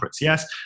yes